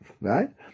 right